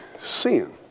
sin